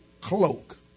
cloak